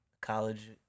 college